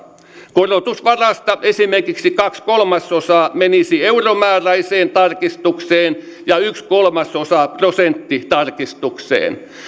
korotusvarasta esimerkiksi kaksi kolmasosaa menisi euromääräiseen tarkistukseen ja yksi kolmasosa prosenttitarkistukseen